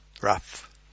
rough